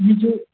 ये जो